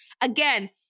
Again